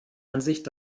ansicht